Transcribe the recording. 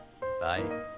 bye